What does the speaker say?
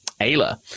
Ayla